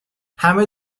همه